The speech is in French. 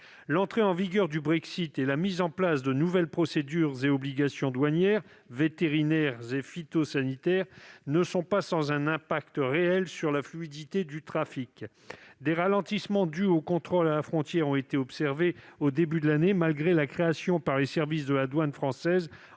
L'entrée en vigueur du Brexit et la mise en place de nouvelles procédures et obligations douanières, vétérinaires et phytosanitaires ne sont pas sans conséquence sur la fluidité du trafic. Des ralentissements dus aux contrôles à la frontière ont été observés au début de l'année, malgré la création par les services de la douane française,